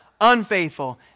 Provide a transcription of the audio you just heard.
unfaithful